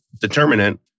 determinant